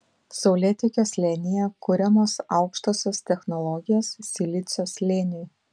saulėtekio slėnyje kuriamos aukštosios technologijos silicio slėniui